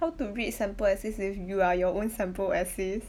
how to read sample essays if you are your own sample essays